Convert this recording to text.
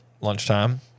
lunchtime